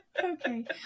Okay